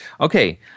Okay